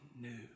new